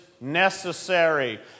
necessary